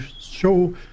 show